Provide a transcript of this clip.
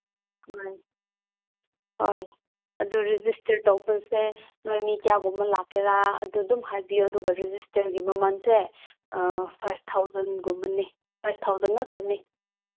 ꯍꯣꯏ ꯍꯣꯏ ꯑꯗꯨ ꯔꯦꯖꯤꯁꯇꯔ ꯇꯧꯈ꯭ꯔꯁꯦ ꯅꯣꯏ ꯃꯤ ꯀꯌꯥꯒꯨꯝꯕ ꯂꯥꯛꯀꯦꯔꯥ ꯑꯗꯨ ꯑꯗꯨꯝ ꯍꯥꯏꯕꯤꯌꯣ ꯑꯗꯨꯒ ꯔꯦꯖꯤꯁꯇꯔꯒꯤ ꯃꯃꯟꯁꯦ ꯐꯥꯏꯚ ꯊꯥꯎꯖꯟꯒꯨꯝꯕꯅꯤ ꯐꯥꯏꯚ ꯊꯥꯎꯖꯟ ꯉꯥꯛꯇꯅꯤ